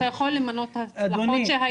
אתה יכול למנות הצלחות?